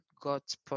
God's